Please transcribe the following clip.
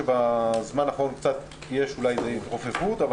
בזמן האחרון יש אולי קצת התרופפות אבל